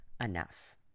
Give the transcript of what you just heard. enough